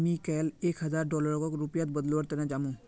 मी कैल एक हजार डॉलरक रुपयात बदलवार तने जामु